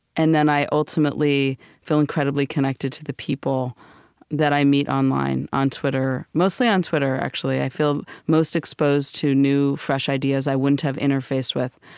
and then i ultimately feel incredibly connected to the people that i meet online, on twitter mostly on twitter, actually. i feel most exposed to new, fresh ideas i wouldn't have interfaced with.